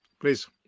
Please